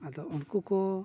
ᱟᱫᱚ ᱩᱱᱠᱩ ᱠᱚ